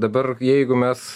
dabar jeigu mes